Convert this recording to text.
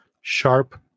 sharp